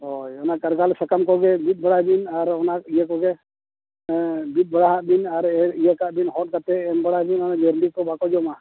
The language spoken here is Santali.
ᱦᱳᱭ ᱚᱱᱟ ᱠᱟᱨᱵᱟᱞᱮ ᱥᱟᱠᱟᱢ ᱠᱚᱜᱮ ᱵᱤᱫ ᱵᱟᱲᱟᱭ ᱵᱤᱱ ᱟᱨ ᱚᱱᱟ ᱤᱭᱟᱹ ᱠᱚᱜᱮ ᱮᱫ ᱵᱤᱫ ᱵᱟᱲᱟ ᱦᱟᱸᱜ ᱵᱤᱱ ᱟᱨ ᱮᱨ ᱤᱭᱟᱹᱠᱟᱜ ᱵᱤᱱ ᱦᱚᱫ ᱠᱟᱛᱮᱫ ᱮᱢ ᱵᱟᱲᱟᱭ ᱵᱤᱱ ᱚᱱᱟ ᱡᱟᱹᱨᱰᱤ ᱠᱚ ᱵᱟᱠᱚ ᱡᱚᱢᱟ